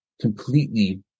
completely